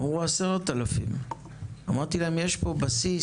אמרו: 10,000. אמרתי להם: יש פה בסיס,